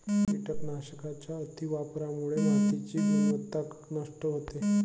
कीटकनाशकांच्या अतिवापरामुळे मातीची गुणवत्ता नष्ट होते